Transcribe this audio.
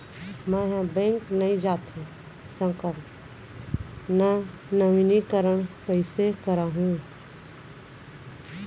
मैं ह बैंक नई जाथे सकंव त नवीनीकरण कइसे करवाहू?